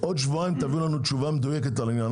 בעוד שבועיים תביאו לנו תשובה מדויקת על העניין.